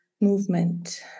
movement